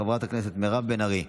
חברת הכנסת מרב בן ארי,